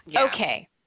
okay